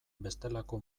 bestelako